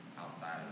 outside